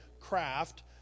craft